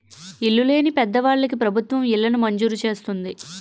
ఇల్లు లేని పేదవాళ్ళకి ప్రభుత్వం ఇళ్లను మంజూరు చేస్తుంది